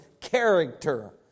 character